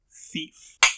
Thief